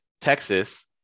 Texas